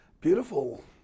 beautiful